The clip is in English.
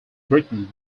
britain